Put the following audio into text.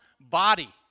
body